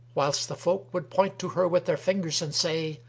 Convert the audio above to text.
whilst the folk would point to her with their fingers, and say,